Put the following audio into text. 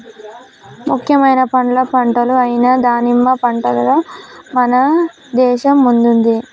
ముఖ్యమైన పండ్ల పంటలు అయిన దానిమ్మ పంటలో మన దేశం ముందుంది